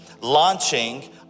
launching